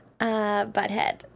butthead